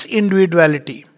individuality